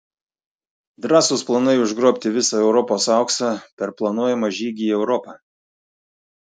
drąsūs planai užgrobti visą europos auksą per planuojamą žygį į europą